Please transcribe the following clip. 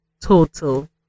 total